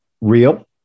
real